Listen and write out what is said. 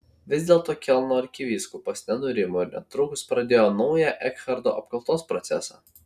vis dėlto kelno arkivyskupas nenurimo ir netrukus pradėjo naują ekharto apkaltos procesą